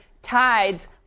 tides